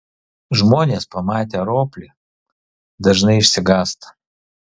žmonės pamatę roplį dažnai išsigąsta